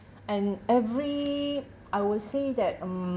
and every I will say that mm